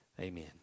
amen